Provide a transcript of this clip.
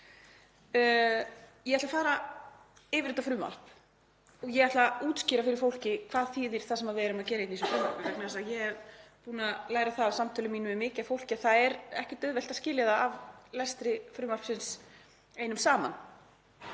Ég ætla að fara yfir þetta frumvarp. Ég ætla að útskýra fyrir fólki hvað það þýðir sem við erum að gera hér í þessu frumvarpi vegna þess að ég er búin að læra það af samtölum mínum við margt fólk að það er ekkert auðvelt að skilja það af lestri frumvarpsins einum saman.